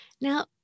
Now